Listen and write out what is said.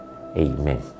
Amen